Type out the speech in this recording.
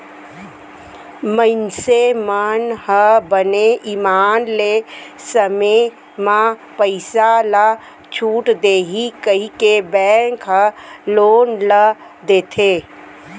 मइनसे मन ह बने ईमान ले समे म पइसा ल छूट देही कहिके बेंक ह लोन ल देथे